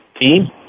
team